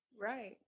Right